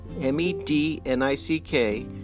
M-E-D-N-I-C-K